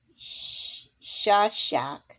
Shashak